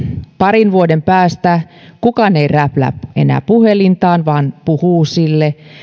parin vuoden päästä kukaan ei enää räplää puhelintaan vaan puhuu sille